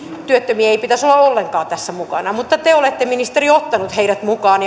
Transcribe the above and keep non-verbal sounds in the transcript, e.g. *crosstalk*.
työttömien ei pitäisi olla ollenkaan tässä mukana mutta te olette ministeri ottanut heidät mukaan *unintelligible*